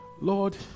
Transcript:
Lord